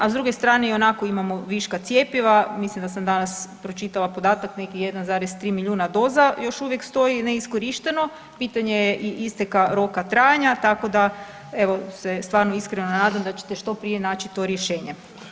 A s druge strane i onako imamo viška cjepiva, mislim da sam danas pročitala podatak nekih 1,3 milijuna doza još uvijek stoji neiskorišteno, pitanje je i isteka roka trajanja tako da se evo iskreno nadam da ćete što prije naši to rješenje.